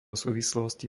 súvislosti